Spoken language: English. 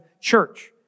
church